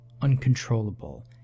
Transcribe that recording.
uncontrollable